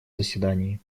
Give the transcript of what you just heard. заседании